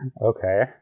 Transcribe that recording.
okay